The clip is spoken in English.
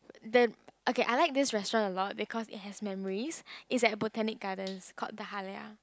then okay I like this restaurant a lot because it has memories it is a Botanic Garden called the-Halia